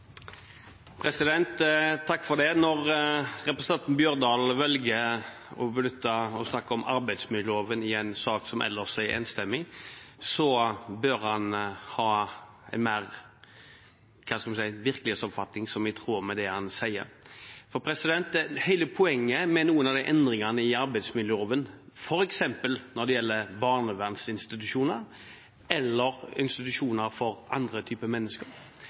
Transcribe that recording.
Når representanten Holen Bjørdal velger å snakke om arbeidsmiljøloven i en sak som ellers er enstemmig, bør han ha en virkelighetsoppfatning som er mer i tråd med det han sier. Hele poenget med noen av endringene i arbeidsmiljøloven når det gjelder f.eks. barnevernsinstitusjoner eller institusjoner for andre